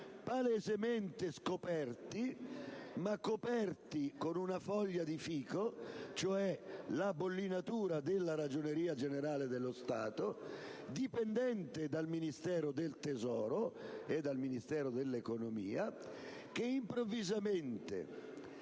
palesemente scoperti ma coperti con una foglia di fico, cioè la bollinatura della Ragioneria generale dello Stato, dipendente dal Ministero dell'economia, che improvvisamente,